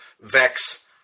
vex